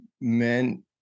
men